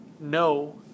no